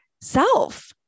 self